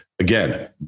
Again